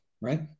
right